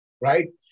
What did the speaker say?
right